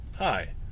Hi